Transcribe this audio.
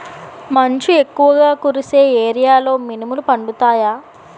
మంచు ఎక్కువుగా కురిసే ఏరియాలో మినుములు పండుతాయా?